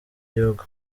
gihugu